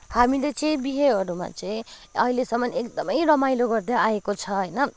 हामीले चाहिँ बिहेहरूमा चाहिँ अहिलेसम्म एकदमै रमाइलो गर्दै आएको छ होइन